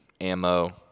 ammo